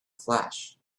flash